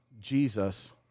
Jesus